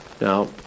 Now